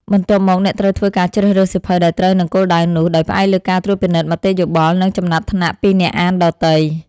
បន្ទាប់មក អ្នកត្រូវធ្វើការជ្រើសរើសសៀវភៅដែលត្រូវនឹងគោលដៅនោះ ដោយផ្អែកលើការត្រួតពិនិត្យមតិយោបល់ និងចំណាត់ថ្នាក់ពីអ្នកអានដទៃ។